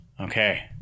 Okay